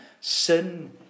sin